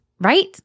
right